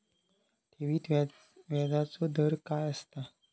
ठेवीत व्याजचो दर काय असता?